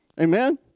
Amen